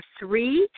three